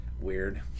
weird